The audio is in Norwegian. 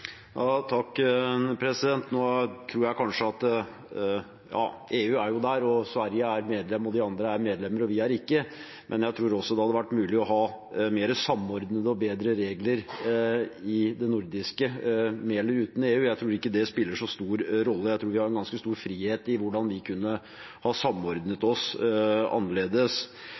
EU er jo der, og Sverige og flere andre land er medlem, mens vi er det ikke. Men jeg tror det hadde vært mulig å ha mer samordnede og bedre regler i Norden, med eller uten EU. Jeg tror ikke det spiller så stor rolle. Vi har en ganske stor frihet når det gjelder hvordan vi kunne ha samordnet oss annerledes.